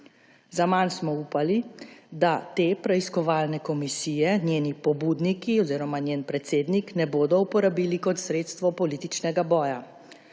Zaman smo upali, da te preiskovalne komisije njeni pobudniki oziroma njen predsednik ne bodo uporabili kot sredstvo političnega boja,